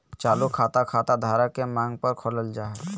चालू खाता, खाता धारक के मांग पर खोलल जा हय